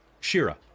shira